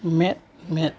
ᱢᱮᱫᱼᱢᱮᱫ